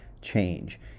change